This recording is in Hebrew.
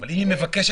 אם היא מבקשת?